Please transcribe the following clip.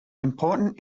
important